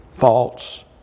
false